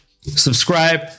subscribe